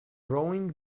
rowing